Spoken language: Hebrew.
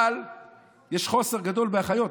אבל יש מחסור גדול באחיות.